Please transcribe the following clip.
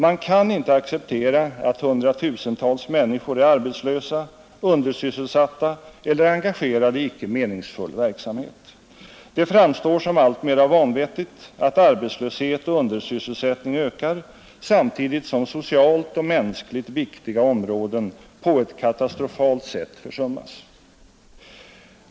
Man kan inte acceptera att hundratusentals människor är arbetslösa, undersysselsatta eller engagerade i icke meningsfull verksamhet. Det framstår som alltmera vanvettigt att arbetslöshet och undersysselsättning ökar samtidigt som socialt och mänskligt viktiga områden på ett katastrofalt sätt försummas.